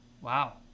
Wow